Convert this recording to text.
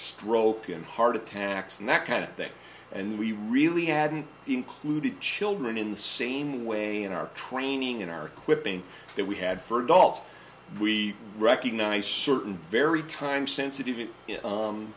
stroke and heart attacks and that kind of thing and we really hadn't included children in the same way in our training in our equipping that we had for dogs we recognize certain very time sensitive